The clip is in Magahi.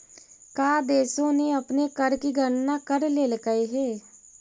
का देशों ने अपने कर की गणना कर लेलकइ हे